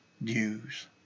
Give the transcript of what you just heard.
news